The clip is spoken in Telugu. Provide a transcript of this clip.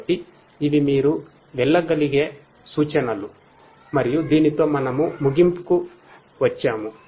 కాబట్టి ఇవి మీరు వెళ్ళగలిగే సూచనలు మరియు దీనితో మనము ముగింపుకు వఛాము